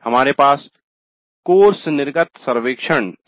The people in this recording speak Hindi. हमारे पास कोर्स निर्गत सर्वेक्षण है